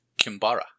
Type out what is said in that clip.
Kimbara